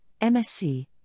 MSC